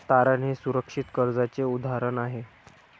तारण हे सुरक्षित कर्जाचे उदाहरण आहे